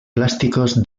plásticos